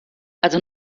also